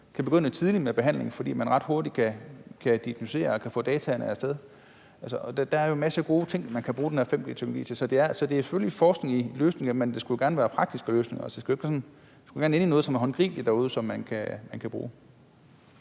kan begynde tidligt med behandlingen, fordi man ret hurtigt kan diagnosticere og få data af sted. Der er jo masser af gode ting, man kan bruge den her 5G-teknologi til. Så det er selvfølgelig forskning i løsninger, men det skulle jo også gerne være praktiske løsninger. Det skal gerne ende med noget, som er håndgribeligt derude, som man kan bruge.